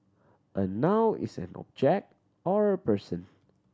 a noun is an object or a person